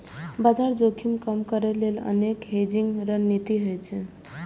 बाजार जोखिम कम करै लेल अनेक हेजिंग रणनीति होइ छै